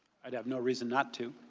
i would have no reason not to.